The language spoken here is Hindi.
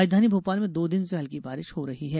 राजधानी भोपाल में दो दिन से हल्की बारिश हो रही है